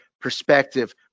perspective